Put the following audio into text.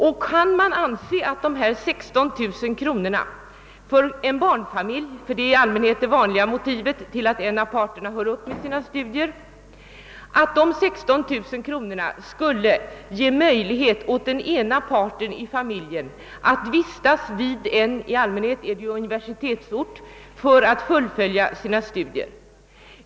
Och kan man anse att dessa 16 000 kronor för en barnfamilj — att det kommer barn är i allmänhet det vanliga motivet till att en av parterna upphör med studierna — skulle ge möjlighet åt den ena parten att vistas på en universitetsort för att fullfölja sina studier?